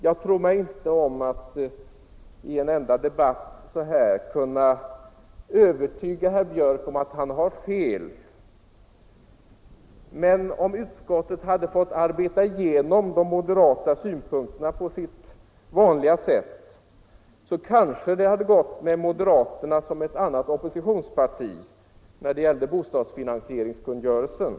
Jag tror mig inte om att så här i en enda debatt kunna övertyga herr Björck om att han har fel. Men om utskottet hade fått arbeta igenom de moderata synpunkterna på sitt vanliga sätt, så hade det kanske gått med moderaterna som med ett annat oppositionsparti när det gäller bostadsfinansieringskungörelsen.